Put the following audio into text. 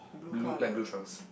blue light blue trunks